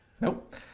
Nope